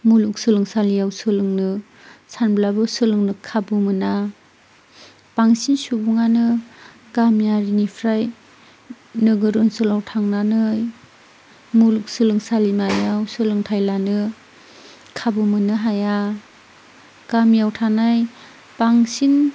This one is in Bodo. मुलुग सोलोंसालियाव सोलोंनो सानब्लाबो सोलोंनो खाबु मोना बांसिन सुबुङानो गामियारिनिफ्राय नोगोर ओनसोलाव थांनानै मुलुगसोलोंसालिमायाव सोलोंथाइ लानो खाबु मोननो हाया गामियाव थानाय बांसिन